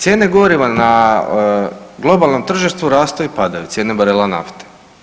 Cijene goriva na globalnom tržištu rastu i padaju, cijene barela nafte.